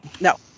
no